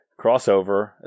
crossover